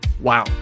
Wow